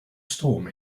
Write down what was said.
storm